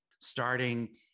starting